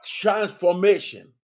transformation